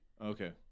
Okay